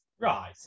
Right